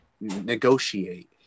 negotiate